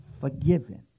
forgiven